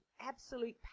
absolute